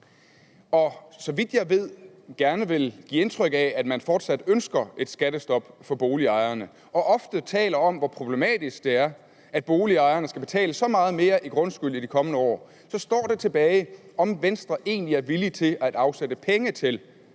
– så vidt jeg ved – gerne vil give indtryk af, at man fortsat ønsker et skattestop for boligejerne, og ofte taler om, hvor problematisk det er, at boligejerne skal betale så meget mere i grundskyld i de kommende år, står der tilbage, om Venstre egentlig er villig til at afsætte penge til,